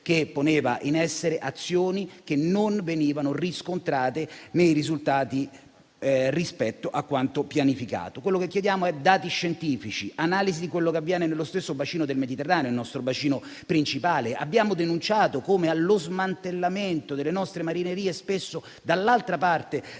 che poneva in essere azioni che non venivano riscontrate nei risultati rispetto a quanto pianificato. Quello che chiediamo è dati scientifici e analisi di quello che avviene nel bacino del Mediterraneo (il nostro bacino principale); abbiamo denunciato che allo smantellamento delle nostre marinerie spesso, dall'altra parte